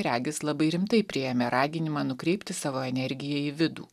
regis labai rimtai priėmė raginimą nukreipti savo energiją į vidų